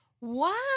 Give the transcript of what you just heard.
Wow